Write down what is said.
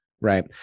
right